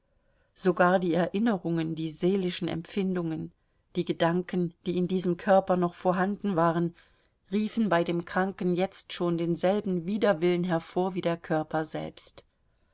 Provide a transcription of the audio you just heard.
sogar die erinnerungen die seelischen empfindungen die gedanken die in diesem körper noch vorhanden waren riefen bei dem kranken jetzt schon denselben widerwillen hervor wie der körper selbst